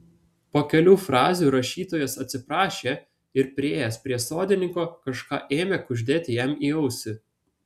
po kelių frazių rašytojas atsiprašė ir priėjęs prie sodininko kažką ėmė kuždėti jam į ausį